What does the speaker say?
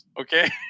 okay